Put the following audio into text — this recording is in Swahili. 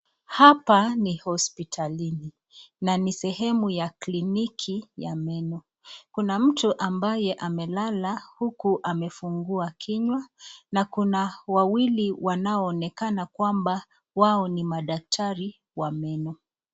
Hapa ni hospitalini na ni sehemu ya kliniki ya meno, kuna mtu ambaye amelala huku amefunguwa kinywa na kuna wawili wanaoonekana kwamba wao ni madaktari wa meno.